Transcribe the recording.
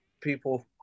people